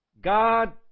God